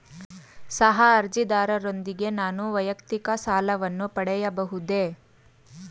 ಸಹ ಅರ್ಜಿದಾರರೊಂದಿಗೆ ನಾನು ವೈಯಕ್ತಿಕ ಸಾಲವನ್ನು ಪಡೆಯಬಹುದೇ?